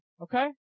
Okay